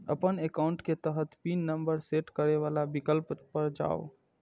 अपन एकाउंट के तहत पिन नंबर सेट करै बला विकल्प पर जाउ